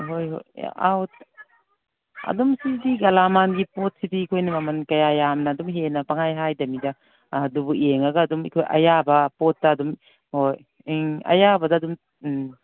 ꯍꯣꯏ ꯍꯣꯏ ꯑꯗꯨꯝ ꯁꯤꯗꯤ ꯒꯥꯂꯥꯃꯥꯟꯒꯤ ꯄꯣꯠꯁꯤꯗꯤ ꯑꯩꯈꯣꯏꯅ ꯃꯃꯟ ꯀꯌꯥ ꯌꯥꯝꯅ ꯑꯗꯨꯝ ꯍꯦꯟꯅ ꯄꯪꯍꯥꯏ ꯍꯥꯏꯗꯕꯅꯤꯗ ꯑꯗꯨꯕꯨ ꯌꯦꯡꯉꯒ ꯑꯗꯨꯝ ꯑꯩꯈꯣꯏ ꯑꯌꯥꯕ ꯄꯣꯠꯇ ꯑꯗꯨꯝ ꯍꯣꯏ ꯎꯝ ꯑꯌꯥꯕꯗ ꯑꯗꯨꯝ ꯎꯝ